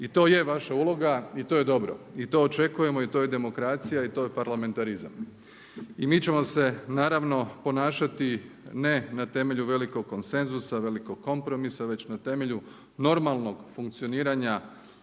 I to je vaša uloga i to je dobro i to očekujemo i to je demokracija i to je parlamentarizam. I mi ćemo se naravno ponašati ne na temelju velikog konsenzusa, velikog kompromisa već na temelju normalnog funkcioniranja